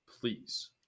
please